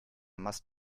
must